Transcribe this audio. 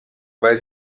weil